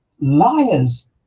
liars